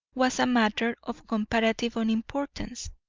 was a matter of comparative unimportance.